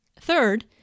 Third